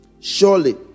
Surely